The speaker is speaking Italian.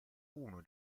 uno